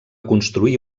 construir